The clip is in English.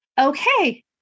okay